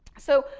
so,